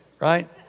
right